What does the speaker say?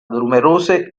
numerose